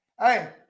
Hey